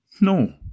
No